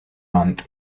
month